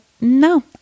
no